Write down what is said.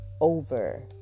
over